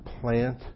plant